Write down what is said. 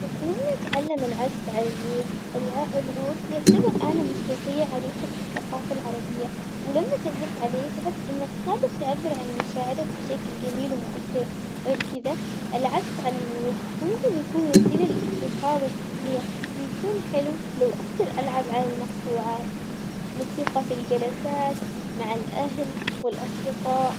أتمنى أتعلم العزف على العود الع- العود يعتبر آلة موسيقية عريقة في الثقافة العربية ولما تعزف عليه تحس إنك قادر تعبر عن مشاعرك بشكل جميل ومؤثر، غير كذا العزف على العود ممكن يكون وسيلة للاسترخاء والتسلية ويكون حلم لو أقدر ألعب علي المقطوعات موسيقى في الجلسات مع الأهل والأصدقاء.